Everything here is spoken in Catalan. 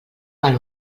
val